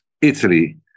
Italy